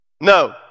No